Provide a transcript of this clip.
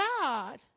God